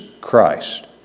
Christ